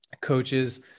coaches